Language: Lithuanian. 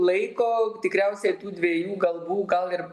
laiko tikriausiai tų dviejų galvų gal ir